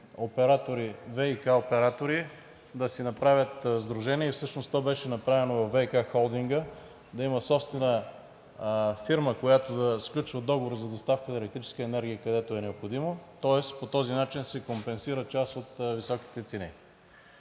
съответните ВиК оператори да си направят сдружение. Всъщност то беше направено във ВиК холдинга – да има собствена фирма, която да сключва договор за доставка на електрическа енергия, където е необходимо. Тоест по този начин се компенсира част от високите цени.